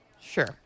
Sure